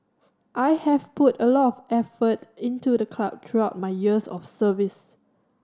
I have put a lot effort into the club throughout my years of service